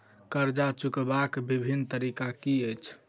कर्जा चुकबाक बिभिन्न तरीका की अछि?